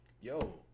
yo